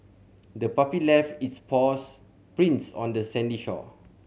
the puppy left its paws prints on the sandy shore